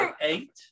eight